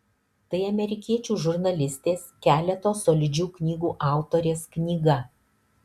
tai amerikiečių žurnalistės keleto solidžių knygų autorės knyga